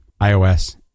iOS